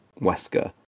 wesker